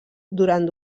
durant